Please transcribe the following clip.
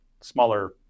smaller